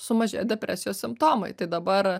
sumažėja depresijos simptomai tai dabar